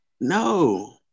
no